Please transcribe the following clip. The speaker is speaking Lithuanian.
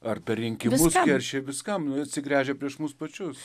ar per rinkimus keršija viskam nu atsigręžia prieš mus pačius